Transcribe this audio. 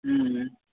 हुँ हुँ